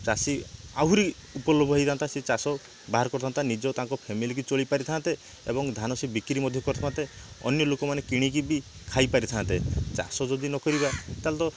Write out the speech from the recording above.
ଚାଷୀ ଆହୁରି ଉପଲୋଭ ହେଇଥାନ୍ତା ସେ ଚାଷ ବାହାର କରିଥାନ୍ତା ନିଜ ତାଙ୍କ ଫେମିଲିକୁ ଚଳେଇ ପରିଥାନ୍ତେ ଏବଂ ଧାନ ସେ ବିକ୍ରି ମଧ୍ୟ କରିପାରନ୍ତେ ଅନ୍ୟ ଲୋକମାନେ କିଣିକି ବି ଖାଇ ପାରିଥାନ୍ତେ ଚାଷ ଯଦି ନ କରିବା ତାହେଲେ ତ